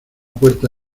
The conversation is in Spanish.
puerta